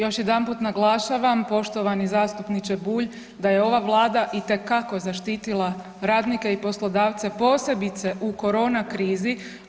Još jedanput naglašavam, poštovani zastupniče Bulj, da je ova Vlada itekako zaštitila radnike i poslodavce posebice u koronakrizi.